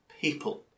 people